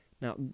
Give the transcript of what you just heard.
Now